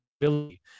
ability